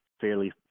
fairly